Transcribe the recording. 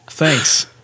Thanks